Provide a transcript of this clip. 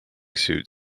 suit